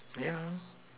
yeah